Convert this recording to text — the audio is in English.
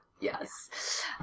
Yes